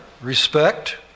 respect